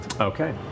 Okay